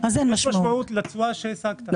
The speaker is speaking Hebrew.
אז אין משמעות לתשואה שהשגת.